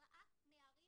ארבעה נערים